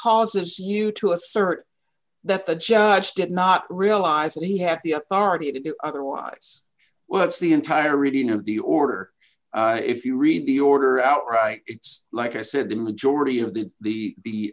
causes you to assert that the judge did not realize that he had the authority to do otherwise well that's the entire reading of the order if you read the order out right it's like i said the majority of the the